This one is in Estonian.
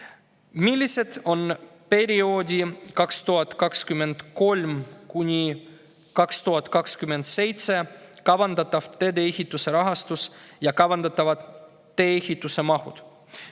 "Millised on perioodi 2023-2027 kavandatav teedeehituse rahastus ja kavandatavad tee-ehituse mahud?"